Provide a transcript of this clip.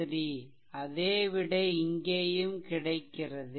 3 அதே விடை இங்கேயும் கிடைக்கிறது